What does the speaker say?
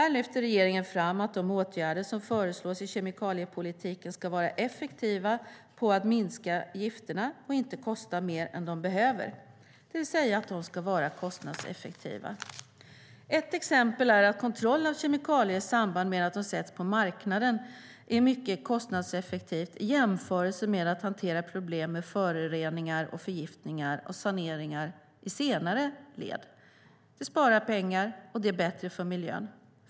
Regeringen lyfter här fram att de åtgärder som föreslås i kemikaliepolitiken ska vara effektiva på att minska gifterna och inte kosta mer än de behöver, det vill säga de ska vara kostnadseffektiva. Ett exempel är att kontroll av kemikalier i samband med att de sätts på marknaden är mycket kostnadseffektivt i jämförelse med att hantera problem med föroreningar, förgiftningar och saneringar i senare led. Det sparar pengar och är bättre för miljön.